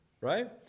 right